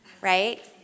right